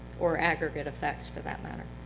or aggregate effects, for that matter?